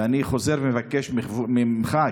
ואני חוזר ומבקש ממך,